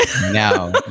no